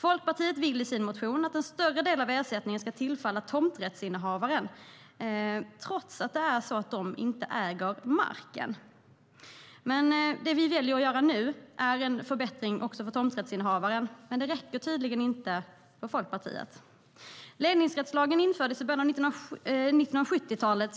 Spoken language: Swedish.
Folkpartiet vill i sin motion att en större del av ersättningen ska tillfalla tomträttshavare, trots att de inte äger marken. Det vi väljer att göra nu är dock en förbättring också för tomträttshavare, men det räcker tydligen inte för Folkpartiet. Ledningsrättslagen infördes i början av 1970-talet.